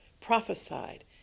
prophesied